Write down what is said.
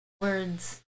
Words